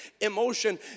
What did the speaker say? emotion